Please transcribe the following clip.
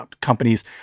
companies